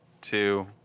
two